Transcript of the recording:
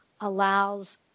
allows